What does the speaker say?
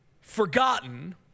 forgotten